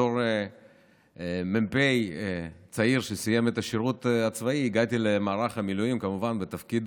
בתור מ"פ צעיר שסיים את השירות הצבאי הגעתי למערך המילואים כמובן בתפקיד